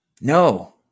No